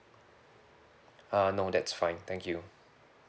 uh no that's fine thank you